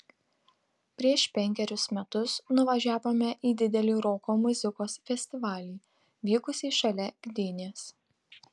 prieš penkerius metus nuvažiavome į didelį roko muzikos festivalį vykusį šalia gdynės